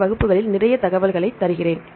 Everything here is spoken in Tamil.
பின்னர் வகுப்புகளில் நிறைய தகவல்களை தருகிறேன்